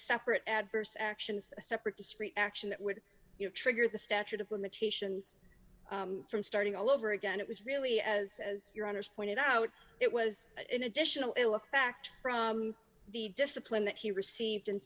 separate adverse actions a separate discrete action that would trigger the statute of limitations from starting all over again it was really as as your honour's pointed out it was an additional ill effect from the discipline that he received in